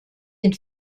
den